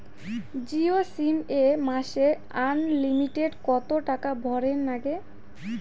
Jio sim এ মাসে unlimited কত টাকা ভরের নাগে?